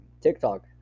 TikTok